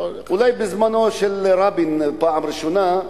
לא, אולי בזמנו של רבין, פעם ראשונה.